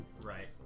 right